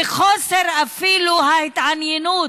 בחוסר ההתעניינות,